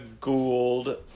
Gould